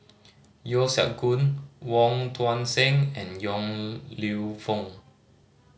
Yeo Siak Goon Wong Tuang Seng and Yong Lew Foong